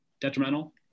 detrimental